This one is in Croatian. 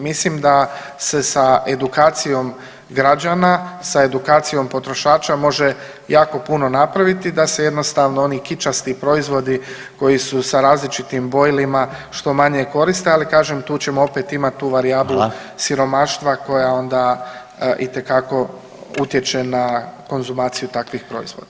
Mislim da se sa edukacijom građana, sa edukacijom potrošača može jako puno napraviti da se jednostavno oni kičasti proizvodi koji su sa različitim bojilima što manje koriste, ali kažem tu ćemo opet imat tu varijablu [[Upadica: Hvala]] siromaštva koja onda itekako utječe na konzumaciju takvih proizvoda.